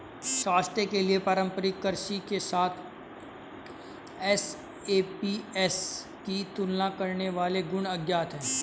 स्वास्थ्य के लिए पारंपरिक कृषि के साथ एसएपीएस की तुलना करने वाले गुण अज्ञात है